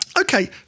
Okay